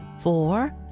four